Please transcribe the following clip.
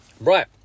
Right